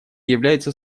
является